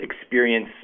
experience